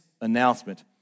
announcement